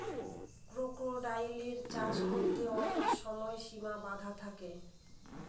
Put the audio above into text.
ক্রোকোডাইলের চাষ করতে অনেক সময় সিমা বাধা থাকে